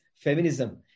Feminism